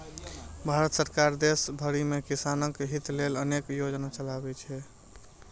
भारत सरकार देश भरि मे किसानक हित लेल अनेक योजना चलबै छै